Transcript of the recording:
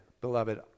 beloved